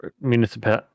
municipal